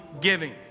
giving